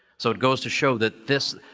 so, it goes to show that this.